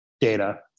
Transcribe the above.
data